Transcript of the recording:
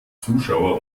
zuschauer